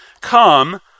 come